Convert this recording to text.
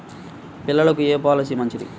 పిల్లలకు ఏ పొలసీ మంచిది?